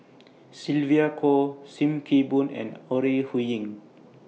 Sylvia Kho SIM Kee Boon and Ore Huiying